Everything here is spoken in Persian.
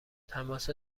تماس